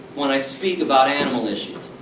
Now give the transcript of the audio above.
when i speak about animal issues.